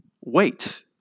wait